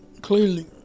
clearly